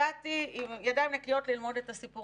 הגעתי עם ידיים נקיות ללמוד את הסיפור